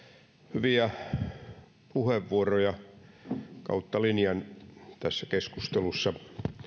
hyviä puheenvuoroja kautta linjan tässä keskustelussa